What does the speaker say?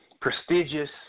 prestigious